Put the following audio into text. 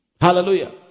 Hallelujah